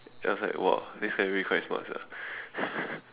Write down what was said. then I was like !wah! this guy really quite smart sia